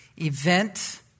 event